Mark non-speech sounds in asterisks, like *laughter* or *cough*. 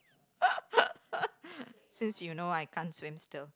*laughs* since you know I can't swim still